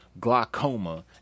glaucoma